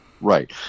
Right